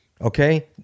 Okay